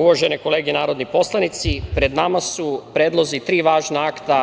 uvažene kolege narodni poslanici, pred nama su predlozi tri važna akta